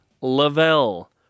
Lavelle